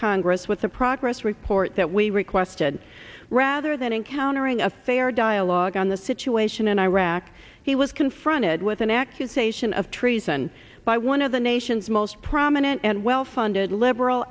congress with a progress report that we requested rather than encountering a failure dialogue on the situation in iraq he was confronted with an accusation of treason by one of the nation's most prominent and well funded liberal